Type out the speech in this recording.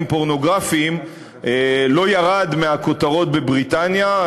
פורנוגרפיים לא ירד מהכותרות בבריטניה,